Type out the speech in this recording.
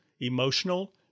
emotional